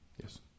Yes